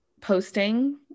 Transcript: posting